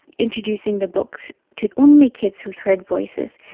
introducing the book to only kids who heard voices.